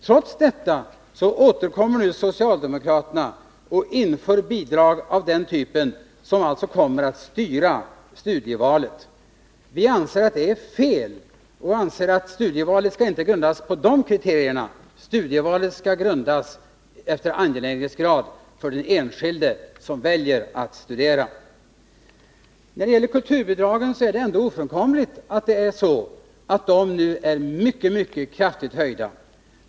Trots detta återkommer nu socialdemokraterna och vill införa bidrag av denna typ, som kommer att styra studievalet. Vi anser att det är fel. Studievalet skall inte grundas på de kriterierna, utan på angelägenhetsgraden för den enskilde som väljer att studera. Det är ofrånkomligt att kulturbidragen är mycket kraftigt höjda.